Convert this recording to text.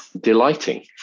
delighting